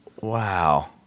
Wow